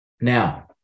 Now